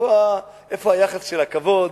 איפה היחס של הכבוד